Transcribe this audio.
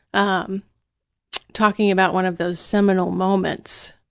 um talking about one of those seminal moments,